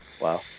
Wow